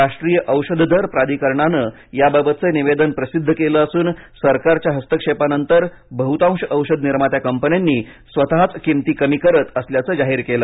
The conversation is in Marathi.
राष्ट्रीय औषध दर प्राधिकरणानं याबाबतचं निवेदन प्रसिद्ध केलं असून सरकारच्या हस्तक्षेपानंतर बहूतांश औषधनिर्मात्या कंपन्यानी स्वतःच किमती कमी करत असल्याचं जाहीर केलं